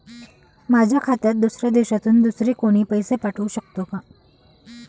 माझ्या खात्यात दुसऱ्या देशातून दुसरे कोणी पैसे पाठवू शकतो का?